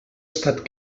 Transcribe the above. estat